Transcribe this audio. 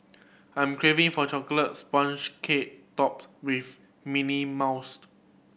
I'm craving for a chocolate sponge cake topped with mint mousse